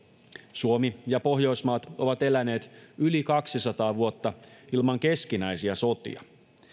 suomi ja pohjoismaat ovat eläneet yli kaksisataa vuotta ilman keskinäisiä sotia